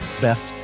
Best